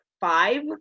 five